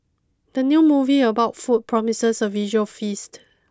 the new movie about food promises a visual feast